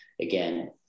again